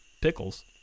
pickles